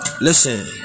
Listen